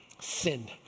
sinned